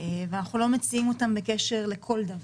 ואנחנו לא מציעים אותן בקשר לכל דבר.